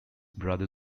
brother